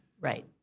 Right